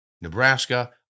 Nebraska